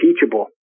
teachable